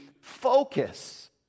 focus